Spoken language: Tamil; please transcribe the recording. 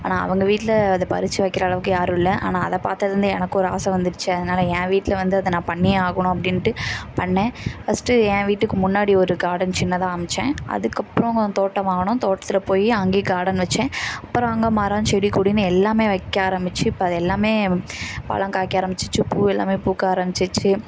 ஆனால் அவங்க வீட்டில் அதை பறித்து வைக்கிற அளவுக்கு யாரும் இல்லை ஆனால் அதை பாத்ததில் இருந்து எனக்கும் ஒரு ஆசை வந்துடுச்சு அதனால என் வீட்டில் வந்து அதை நான் பண்ணியே ஆகணும் அப்படின்ட்டு பண்ணேன் ஃபஸ்ட்டு என் வீட்டுக்கு முன்னாடி ஒரு காடென் சின்னதாக அமைத்தேன் அதுக்கப்புறம் தோட்டம் வாங்கினோம் தோட்டத்தில் போய் அங்கே காடன் வைச்சேன் அப்புறம் அங்கே மரம் செடி கொடினு எல்லாம் வைக்க ஆரம்மிச்சி இப்போ அது எல்லாம் பழம் காய்க்க ஆரம்மிச்சிருச்சு பூ எல்லாம் பூக்க ஆரம்மிச்சிருச்சு